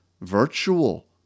virtual